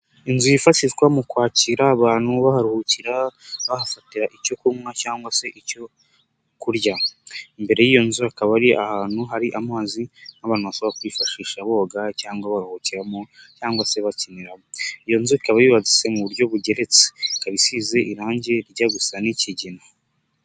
Inzu yifashishwa mu kwakira abantu baharuhukira, bahafatira icyo kunywa cyangwa se icyo kurya. Imbere y'iyo nzu akaba ari ahantu hari amazi nk'abantu bashobora kwifashisha boga cyangwa bahukiramo cyangwa se bakiniramo. Iyo nzu ikaba yubatse mu buryo bugeretse, ikaba isize irangi rijya gusa n'ikigina.